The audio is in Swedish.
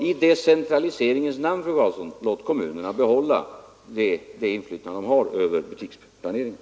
I decentraliseringens namn, fru Karlsson: Låt kommunerna behålla det inflytande de har över butiksplaneringen!